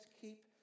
keep